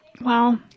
Wow